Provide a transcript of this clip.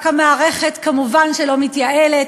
רק המערכת כמובן לא מתייעלת.